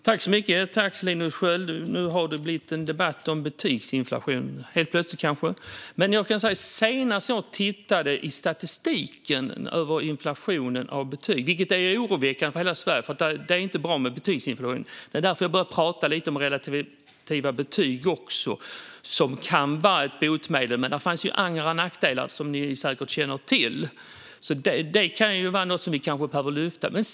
Fru talman! Linus Sköld! Nu har det helt plötsligt blivit en debatt om betygsinflation. Det är inte bra med betygsinflation. Det är oroväckande för hela Sverige. Det var därför jag började tala lite om relativa betyg, som kan vara ett botemedel. Men där fanns andra nackdelar, som ni säkert känner till. Men det kan vara något som vi behöver lyfta upp.